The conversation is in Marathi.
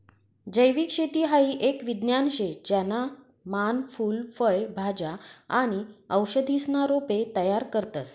जैविक शेती हाई एक विज्ञान शे ज्याना मान फूल फय भाज्या आणि औषधीसना रोपे तयार करतस